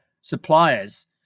suppliers